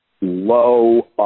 low